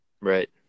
Right